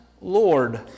Lord